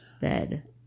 bed